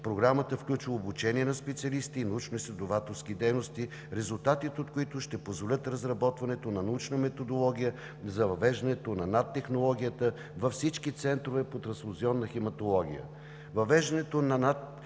Програмата включва обучение на специалисти и научно-изследователски дейности, резултатите от които ще позволят разработването на научна методология за въвеждане на NAТ технологията във всички центрове по трансфузионна хематология.